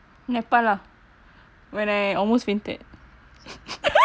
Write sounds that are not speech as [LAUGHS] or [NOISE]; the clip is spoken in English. nepal lah when I almost fainted [LAUGHS]